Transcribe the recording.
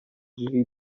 drzwi